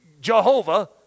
Jehovah